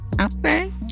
Okay